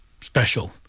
special